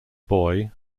boy